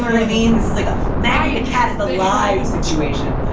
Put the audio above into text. i mean, this is a guy, maggie, the cat is alive situation.